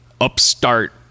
upstart